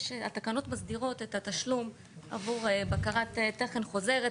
התקנות מסדירות את התשלום עבור בקרת תכן חוזרת,